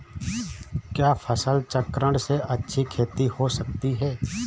क्या फसल चक्रण से अच्छी खेती हो सकती है?